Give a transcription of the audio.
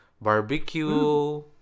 barbecue